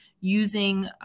using